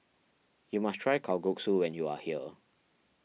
you must try Kalguksu when you are here